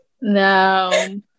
no